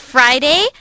Friday